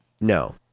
no